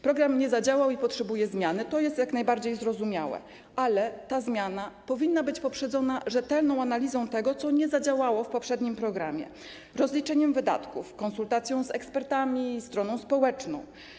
Program nie zadziałał i potrzebuje zmiany, to jest jak najbardziej zrozumiałe, ale ta zmiana powinna być poprzedzona rzetelną analizą tego, co nie zadziałało w poprzednim programie, rozliczeniem wydatków, konsultacją z ekspertami, stroną społeczną.